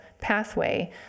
pathway